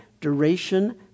duration